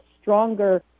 stronger